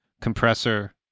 compressor